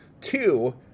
Two